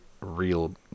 real